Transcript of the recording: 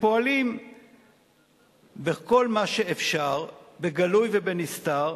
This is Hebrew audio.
פועלים בכל מה שאפשר, בגלוי ובנסתר,